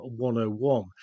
101